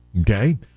Okay